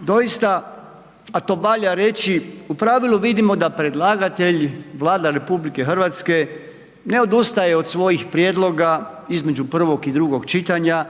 Doista, a to valja reći, u pravilu vidimo da predlagatelj, Vlada RH ne odustaje od svojih prijedloga između prvog i drugog čitanja